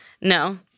No